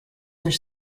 their